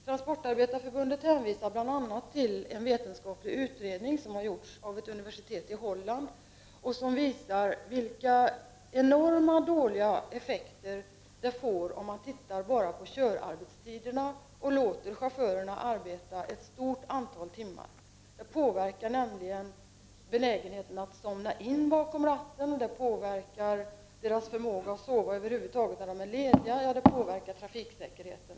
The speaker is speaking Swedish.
Transportarbetareförbundet hänvisar bl.a. till en vetenskaplig utredning, som har gjorts vid ett universitet i Holland och som visar hur enormt dåliga effekterna blir om man ser enbart till körarbetstiderna och låter chaufförerna arbeta ett stort antal timmar. Detta påverkar benägenheten att somna in bakom ratten och chaufförernas förmåga att över huvud taget sova när de är lediga, påverkar trafiksäkerheten.